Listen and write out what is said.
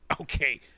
Okay